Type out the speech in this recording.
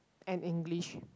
and english